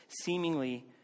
seemingly